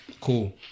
Cool